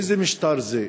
איזה משטר זה?